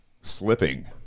slipping